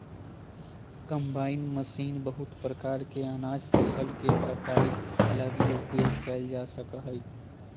combine machine बहुत प्रकार के अनाज फसल के कटाई लगी उपयोग कयल जा हइ